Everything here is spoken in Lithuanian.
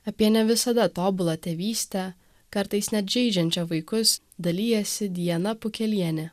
apie ne visada tobulą tėvystę kartais net žeidžiančią vaikus dalijasi diana pukelienė